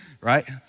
right